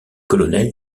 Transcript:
colonel